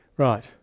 Right